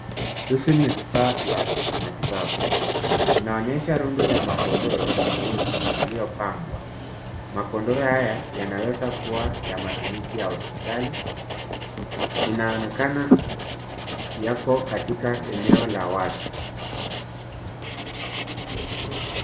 Hizi ni vifaa vya matibabu inaonyesha rundo la magodoro meusi yaliopangwa. Magodoro haya yanaweza kuwa ya matumizi ya hospitali inaonekana yako katika eneo la wazi.